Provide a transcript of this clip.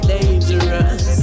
Dangerous